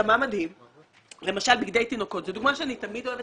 המדהים הוא שלמשל בגדי תינוקות זו דוגמה שאני תמיד אוהבת